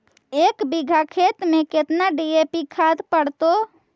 एक बिघा खेत में केतना डी.ए.पी खाद पड़तै?